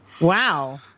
Wow